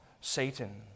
Satan